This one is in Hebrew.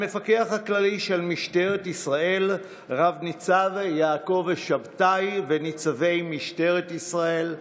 המפקח הכללי של משטרת ישראל רב-ניצב יעקב שבתאי וניצבי משטרת ישראל,